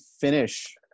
finish